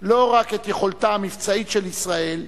לא רק את יכולתה המבצעית של ישראל,